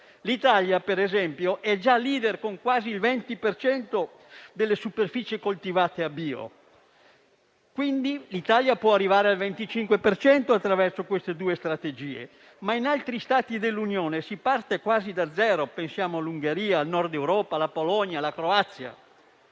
L'Italia, per esempio, è già *leader*, con quasi il 20 per cento delle superfici coltivate a bio. Quindi l'Italia può arrivare al 25 per cento attraverso queste due strategie, ma in altri Stati dell'Unione si parte quasi da zero (pensiamo all'Ungheria, al Nord Europa, alla Polonia, alla Croazia).